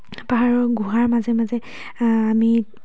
পাহাৰৰ গুহাৰ মাজে মাজে আমি